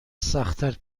سختتر